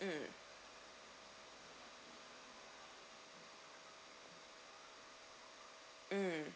mm mm